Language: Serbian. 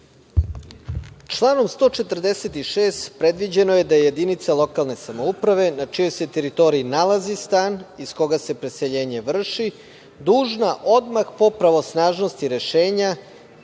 Članom 146. predviđeno je da je jedinica lokalne samouprave na čijoj se teritoriji nalazi stan iz koga se preseljenje vrši dužna odmah po pravosnažnosti rešenja